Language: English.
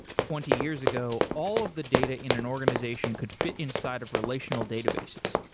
twenty years ago, all of the data in an organization could fit inside of relational databases.